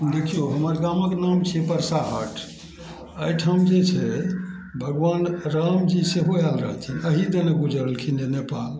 देखियौ हमर गामक नाम छियै परसाहट अइठाम जे छै भगवान रामजी सेहो आयल रहथिन अहि दने गुजरलखिन रऽ नेपाल